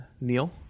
neil